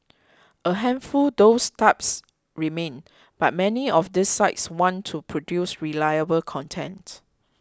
a handful those types remain but many of these sites want to produce reliable content